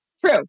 true